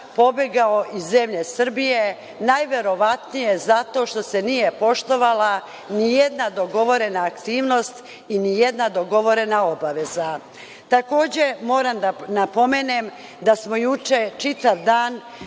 pobegao iz zemlje Srbije najverovatnije zato što se nije poštovala nijedna dogovorena aktivnost i nijedna dogovorena obaveza. Moram da napomenem da smo juče čitav dan